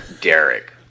Derek